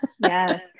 Yes